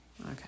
okay